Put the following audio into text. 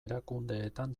erakundeetan